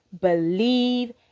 believe